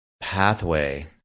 pathway